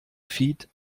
feed